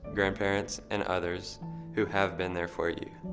grandparents, and others who have been there for you.